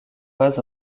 pas